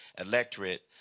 electorate